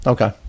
Okay